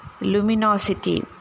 luminosity